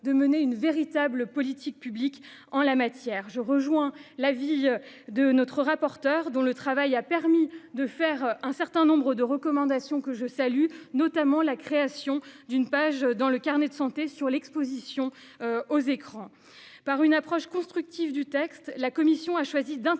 de mener une véritable politique publique en la matière. En ce sens, je partage l'avis de notre rapporteure, dont le travail a également permis de formuler des recommandations que je salue, notamment la création d'une page dans le carnet de santé sur l'exposition aux écrans. Par une approche constructive du texte, la commission a choisi d'intégrer